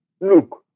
look